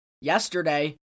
yesterday